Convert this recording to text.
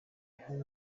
ihari